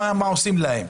מה עושים להם.